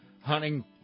hunting